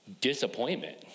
disappointment